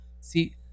See